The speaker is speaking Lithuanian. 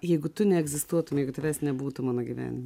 jeigu tu neegzistuotum jeigu tavęs nebūtų mano gyvenime